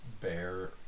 bear